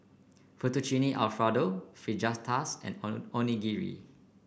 Fettuccine Alfredo Fajitas and Onigiri